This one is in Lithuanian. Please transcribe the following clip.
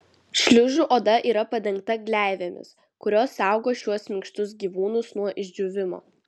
šliužų oda yra padengta gleivėmis kurios saugo šiuos minkštus gyvūnus nuo išdžiūvimo